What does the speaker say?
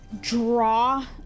draw